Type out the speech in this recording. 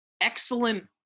excellent